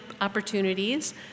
opportunities